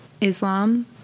Islam